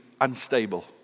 unstable